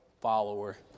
follower